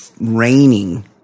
raining